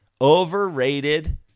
overrated